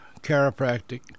chiropractic